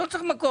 לא צריך מקור.